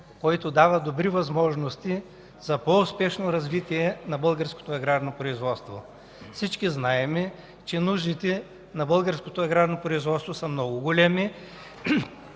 който дава добри възможности за по-успешно развитие на българското аграрно производство. Всички знаем, че нуждите на българското аграрно производство са много големи